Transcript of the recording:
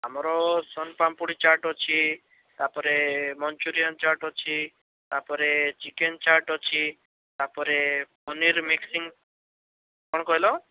ଆମର ସୁନ୍ ପାମ୍ପୁଡ଼ି ଚାଟ୍ ଅଛି ତାପରେ ମଞ୍ଚୁରିଆନ୍ ଚାଟ୍ ଅଛି ତାପରେ ଚିକେନ୍ ଚାଟ୍ ଅଛି ତାପରେ ପନିର୍ ମିକ୍ସିଂ କ'ଣ କହିଲ